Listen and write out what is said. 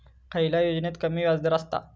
खयल्या योजनेत कमी व्याजदर असता?